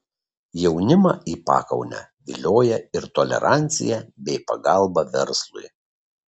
jaunimą į pakaunę vilioja ir tolerancija bei pagalba verslui